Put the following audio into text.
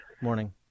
morning